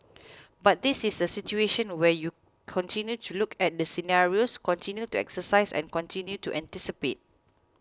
but this is a situation where you continue to look at the scenarios continue to exercise and continue to anticipate